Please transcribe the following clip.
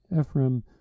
Ephraim